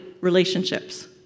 relationships